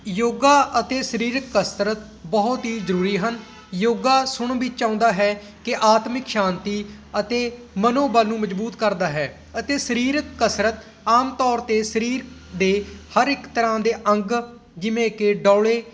ਯੋਗਾ ਅਤੇ ਸਰੀਰਕ ਕਸਰਤ ਬਹੁਤ ਹੀ ਜ਼ਰੂਰੀ ਹਨ ਯੋਗਾ ਸੁਣ ਵਿੱਚ ਆਉਂਦਾ ਹੈ ਕਿ ਆਤਮਿਕ ਸ਼ਾਂਤੀ ਅਤੇ ਮਨੋਬਲ ਨੂੰ ਮਜ਼ਬੂਤ ਕਰਦਾ ਹੈ ਅਤੇ ਸਰੀਰਕ ਕਸਰਤ ਆਮ ਤੌਰ 'ਤੇ ਸਰੀਰ ਦੇ ਹਰ ਇੱਕ ਤਰ੍ਹਾਂ ਦੇ ਅੰਗ ਜਿਵੇਂ ਕਿ ਡੌਲੇ